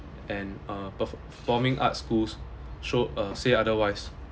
and uh performing arts schools show uh say otherwise